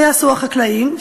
מה יעשו החקלאים,